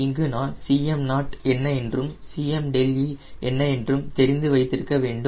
இங்கு நான் Cm0 என்ன என்றும் Cme என்ன என்றும் தெரிந்து வைத்திருக்க வேண்டும்